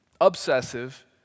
obsessive